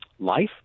Life